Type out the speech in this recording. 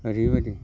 ओरैबायदि